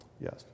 Yes